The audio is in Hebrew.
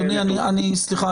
אדוני סליחה,